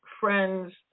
Friend's